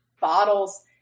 bottles